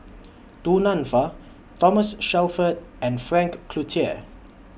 Du Nanfa Thomas Shelford and Frank Cloutier